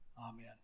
Amen